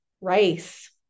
rice